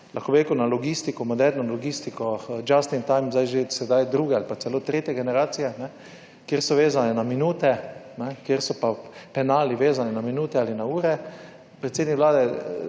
lahko bi rekel, na logistiko, moderno logistiko, just in time, zdaj že sedaj druge ali pa celo tretje generacije, kjer so vezane na minute, kjer so pa penali vezani na minute ali na ure. Predsednik vlade